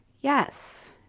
Yes